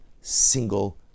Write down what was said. single